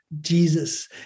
Jesus